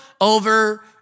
over